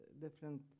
different